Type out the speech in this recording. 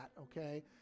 okay